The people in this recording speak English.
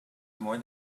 more